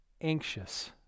anxious